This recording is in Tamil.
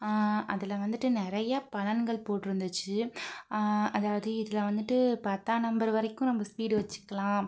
அதில் வந்துட்டு நிறையா பலன்கள் போட்டிருந்துச்சி அதாவது இதில் வந்துட்டு பத்தாம் நம்பர் வரைக்கும் நமக்கு ஸ்பீடு வச்சிக்கலாம்